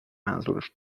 منظورش